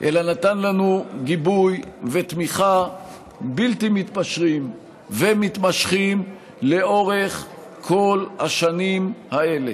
אלא נתן לנו גיבוי ותמיכה בלתי מתפשרים ומתמשכים לאורך כל השנים האלה.